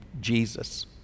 Jesus